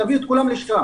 תביאו את כולם לשם,